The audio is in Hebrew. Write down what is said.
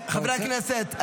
חברי הכנסת,